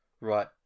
Right